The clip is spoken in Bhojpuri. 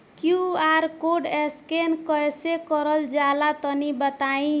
क्यू.आर कोड स्कैन कैसे क़रल जला तनि बताई?